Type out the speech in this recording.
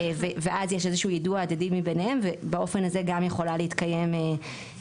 ואז יש איזשהו יידוע הדדי ביניהם ואז באופן הזה יכולה גם להתקיים החובה,